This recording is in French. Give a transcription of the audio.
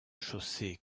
chaussée